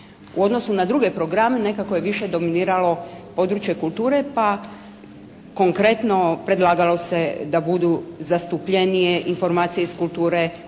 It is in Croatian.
U odnosu na druge programe nekako je više dominiralo područje kulture, pa konkretno predlagalo se da budu zastupljenije informacije iz kulture